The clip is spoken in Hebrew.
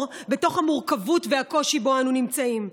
בתוך המורכבות והקושי שבהם אנו נמצאים.